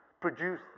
produce